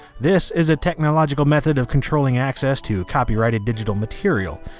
this is a technological method of controlling access to copyrighted digital material.